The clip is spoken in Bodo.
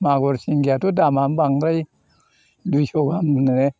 मागुर सिंगियाथ' दामानो बांद्राय दुइस' गाहाम होनो